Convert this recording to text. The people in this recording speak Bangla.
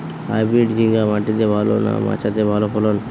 হাইব্রিড ঝিঙ্গা মাটিতে ভালো না মাচাতে ভালো ফলন?